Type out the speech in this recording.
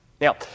Now